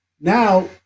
Now